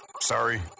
sorry